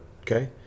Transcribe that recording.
Okay